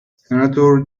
senator